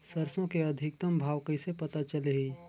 सरसो के अधिकतम भाव कइसे पता चलही?